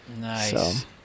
Nice